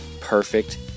perfect